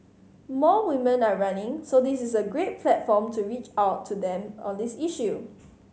more women are running so this is a great platform to reach out to them on this issue